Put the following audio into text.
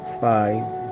five